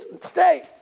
stay